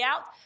out